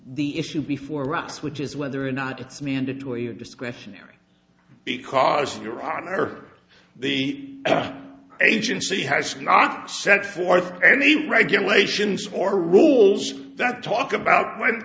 the issue before us which is whether or not it's mandatory or discretionary because your honor the agency has not set forth any regulations or rules that talk about